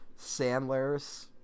Sandler's